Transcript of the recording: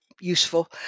useful